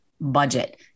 budget